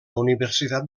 universitat